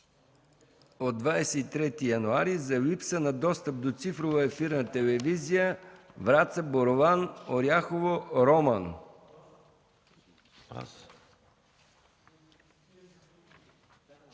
от 23 януари, за липса на достъп до цифрова ефирна телевизия – Враца, Борован, Оряхово, Роман.